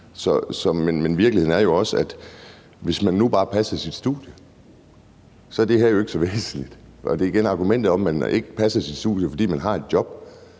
Men virkeligheden er jo også, at hvis man nu bare passede sit studie, var det her jo ikke så væsentligt. Til argumentet om, at man ikke passer sit studie, fordi man har et job,